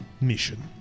mission